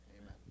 Amen